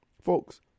Folks